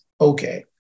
okay